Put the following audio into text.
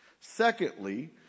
Secondly